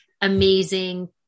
amazing